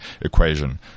equation